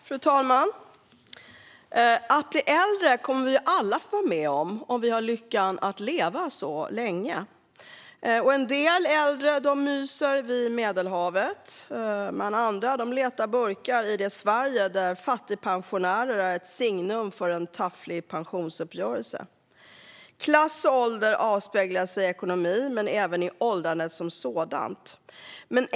Fru talman! Att bli äldre kommer vi alla att få vara med om, om vi har lyckan att leva länge. En del äldre myser vid Medelhavet medan andra letar burkar i det Sverige där fattigpensionärer är ett signum för en tafflig pensionsuppgörelse. Klass och ålder avspeglar sig i ekonomi men även i åldrandet som sådant.